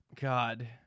God